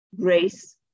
grace